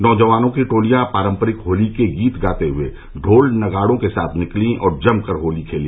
नौजवानों की टोलियां पारम्परिक होली के गीत गाते हुए ढोल नगाडों के साथ निकलीं और जमकर होली खेली